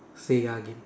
sega game